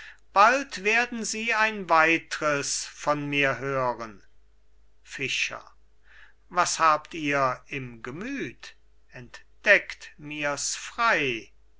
bald werden sie ein weitres von mir hören fischer was habt ihr im gemüt entdeckt mir's frei